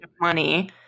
money